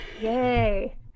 Yay